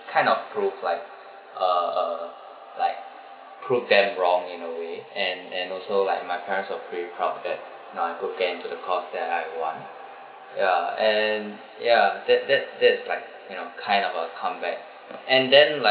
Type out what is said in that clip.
kind of prove like uh uh like prove them wrong in a way and and also like my parents were pretty proud because now I could get into the course that I want ya and ya that that that's like you know kind of a come back and then like